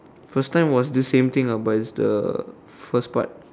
first time was this same thing but it's the first part